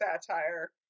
satire